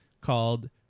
called